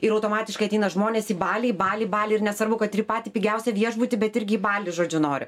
ir automatiškai ateina žmonės į balį į balį balį ir nesvarbu kad ir į patį pigiausią viešbutį bet irgi į balį žodžiu nori